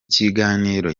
kiganiro